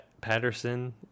Patterson